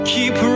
Keep